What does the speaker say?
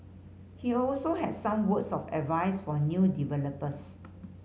he also had some words of advice for new developers